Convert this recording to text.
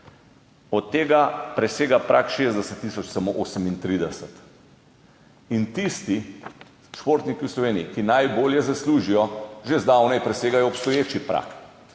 od tega presega prag 60000 samo 38. In tisti športniki v Sloveniji, ki najbolje zaslužijo, že zdavnaj presegajo obstoječi prag.